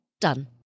Done